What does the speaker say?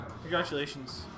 congratulations